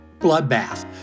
bloodbath